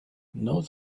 note